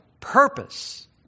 purpose